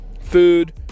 food